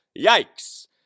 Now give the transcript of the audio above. Yikes